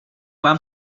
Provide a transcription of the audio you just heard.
vám